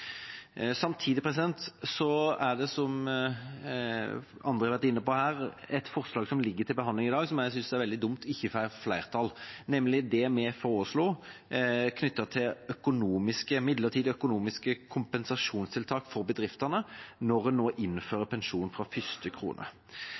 Samtidig er det, som andre har vært inne på, et forslag som ligger til behandling i dag som jeg synes er veldig dumt ikke får flertall, nemlig det vi foreslo knyttet til midlertidige økonomiske kompensasjonstiltak for bedriftene når man nå innfører